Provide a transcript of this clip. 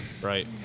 Right